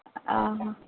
آ ہاں